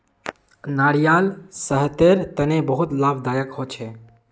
नारियाल सेहतेर तने बहुत लाभदायक होछे